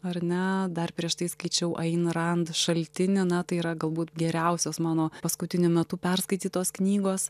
ar ne dar prieš tai skaičiau ayn rand šaltinį na tai yra galbūt geriausios mano paskutiniu metu perskaitytos knygos